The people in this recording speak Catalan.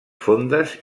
fondes